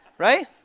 right